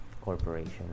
corporation